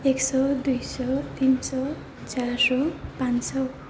एक सौ दुई सौ तिन सौ चार सौ पाँच सौ